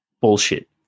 bullshit